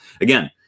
Again